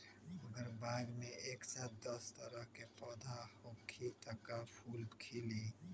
अगर बाग मे एक साथ दस तरह के पौधा होखि त का फुल खिली?